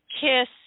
kiss